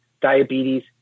diabetes